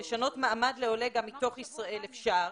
לשנות מעמד לעולה גם מתוך ישראל אפשר,